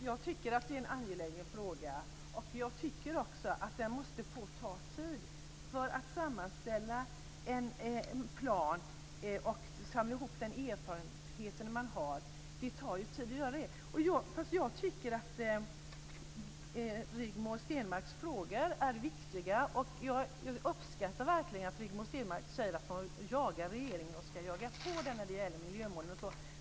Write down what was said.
Herr talman! Jag tycker att detta är en angelägen fråga. Jag tycker också att det måste få ta tid, för att sammanställa en plan och att samla de erfarenheter som finns tar tid. Rigmor Stenmarks frågor är viktiga. Jag uppskattar verkligen att Rigmor Stenmark säger att hon jagar regeringen och att hon tänker jaga på när det gäller miljömålen.